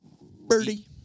Birdie